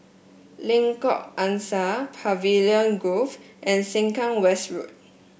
Lengkok Angsa Pavilion Grove and Sengkang West Road